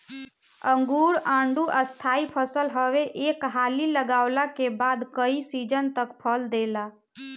अंगूर, आडू स्थाई फसल हवे एक हाली लगवला के बाद कई सीजन तक फल देला